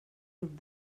grup